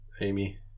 Amy